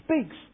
speaks